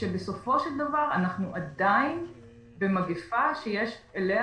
כשבסופו של דבר אנחנו עדיין במגפה שיש אליה